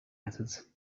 methods